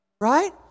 Right